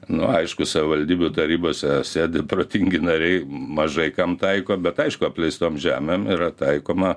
nu aišku savivaldybių tarybose sėdi protingi nariai mažai kam taiko bet aišku apleistom žemėm yra taikoma